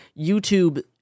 YouTube